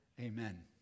amen